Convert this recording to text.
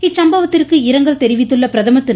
இச்சம்பவத்திற்கு இரங்கல் தெரிவித்துள்ள பிரதமர் திரு